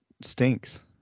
stinks